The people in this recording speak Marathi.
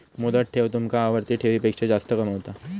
मुदत ठेव तुमका आवर्ती ठेवीपेक्षा जास्त कमावता